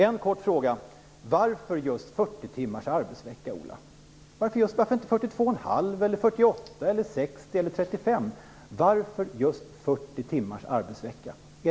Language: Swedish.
En kort fråga: Varför just 40 timmars arbetsvecka, Ola Ström? Varför inte 42 1⁄2 eller 48 eller 60 eller 35? Varför just 40 timmars arbetsvecka?